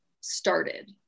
started